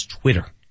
Twitter